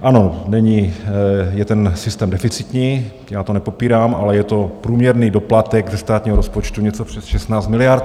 Ano, ten systém je deficitní, to nepopírám, ale je to průměrný doplatek ze státního rozpočtu něco přes 16 miliard.